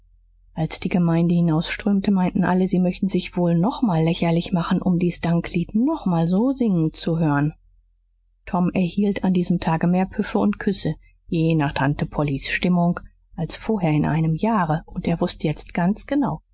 als die gemeinde hinausströmte meinten alle sie möchten sich wohl nochmal lächerlich machen um dies danklied nochmal so singen zu hören tom erhielt an diesem tage mehr püffe und küsse je nach tante pollys stimmung als vorher in einem jahre und er wußte jetzt ganz genau